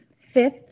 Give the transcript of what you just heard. fifth